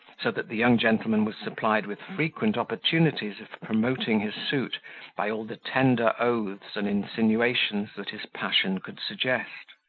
so that the young gentleman was supplied with frequent opportunities of promoting his suit by all the tender oaths and insinuations that his passion could suggest.